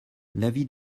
l’avis